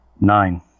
Nine